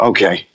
Okay